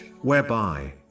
whereby